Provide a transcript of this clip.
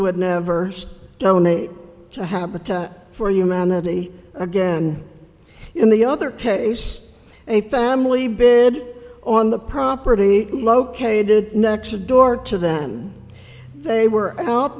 would never donate to habitat for humanity again in the other case a family bid on the property located next door to then they were out